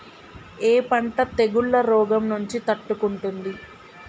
ఏ పంట తెగుళ్ల రోగం నుంచి తట్టుకుంటుంది?